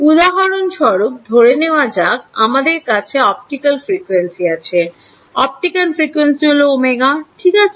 উদাহরণ স্বরূপ ধরে নেওয়া যাক আমাদের কাছে অপটিক্যাল ফ্রিকোয়েন্সি আছে অপটিক্যাল ফ্রিকোয়েন্সি হলো omega ঠিক আছে